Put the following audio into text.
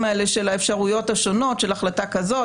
האלה של האפשרויות השונות של החלטה כזאת,